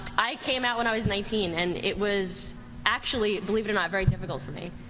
i came out when i was nineteen. and it was actually, believe it or not, very difficult for me.